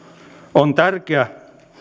on tärkeää